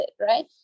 right